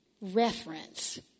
reference